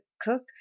cook